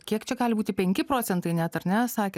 kiek čia gali būti penki procentai net ar ne sakė